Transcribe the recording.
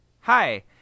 hi